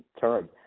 term